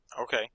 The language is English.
Okay